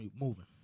moving